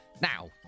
now